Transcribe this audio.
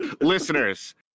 Listeners